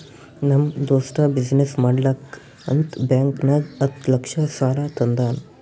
ನಮ್ ದೋಸ್ತ ಬಿಸಿನ್ನೆಸ್ ಮಾಡ್ಲಕ್ ಅಂತ್ ಬ್ಯಾಂಕ್ ನಾಗ್ ಹತ್ತ್ ಲಕ್ಷ ಸಾಲಾ ತಂದಾನ್